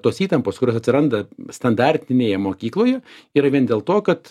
tos įtampos kurios atsiranda standartinėje mokykloje yra vien dėl to kad